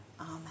amen